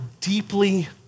deeply